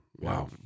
Wow